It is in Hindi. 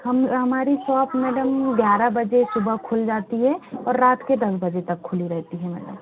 हम हमारी सॉप मैडम ग्यारह बजे सुबह खुल जाती हैं और रात के दस बजे तक खुली रहती हैं मैडम